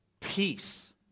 Peace